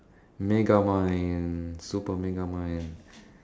mega mind super mega mind